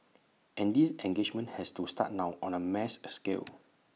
and this engagement has to start now on A mass scale